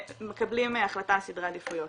החלטה על סדרי עדיפויות.